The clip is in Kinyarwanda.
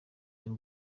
y’u